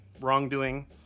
wrongdoing